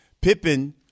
Pippen